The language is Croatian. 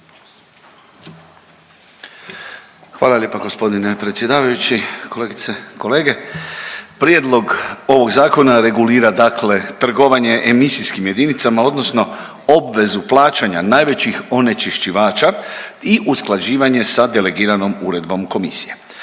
Hvala lijepa gospodine predsjedavajući. Kolegice i kolege, prijedlog ovog zakona regulira dakle trgovanje emisijskim jedinicama odnosno obvezu plaćanja najvećih onečišćivača i usklađivanje sa delegiranom uredbom komisije.